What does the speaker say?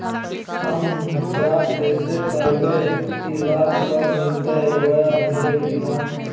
हम जांच कैसे करबे की लाभ कब मिलते बोया मिल्ले की न?